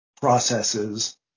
processes